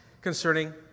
concerning